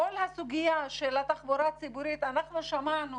כל הסוגיה של התחבורה הציבורית, אנחנו שמענו